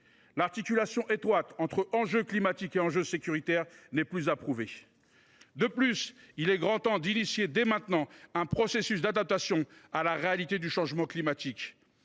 L’articulation étroite entre les enjeux climatiques et les enjeux sécuritaires n’est plus à prouver. De plus, il est grand temps d’engager dès maintenant un processus d’adaptation à la réalité du changement climatique.